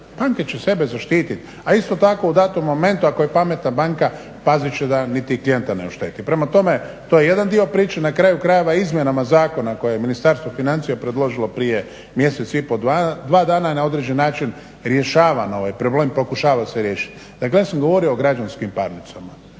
banke će sebe zaštititi. A isto tako u datom momentu ako je pametna banka pazit će da niti klijenta ne ošteti. Prema tome, to je jedan dio priče. Na kraju krajeva izmjenama zakona koje je Ministarstvo financija predložilo prije mjesec i pol, dva dana na određen način rješava ovaj problem, pokušava se riješiti. Dakle, ja sam govorio o građanskim parnicama